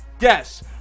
Yes